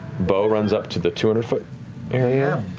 beau runs up to the two hundred foot area.